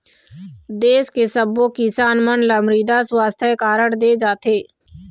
देस के सब्बो किसान मन ल मृदा सुवास्थ कारड दे जाथे